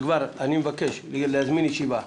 מבקש לזמן ישיבה,